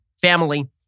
family